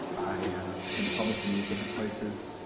i have been published in these different places,